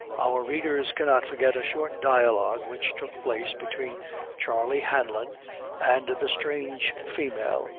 our readers cannot forget a short dialogue which took place between charley hanlon and the strange female,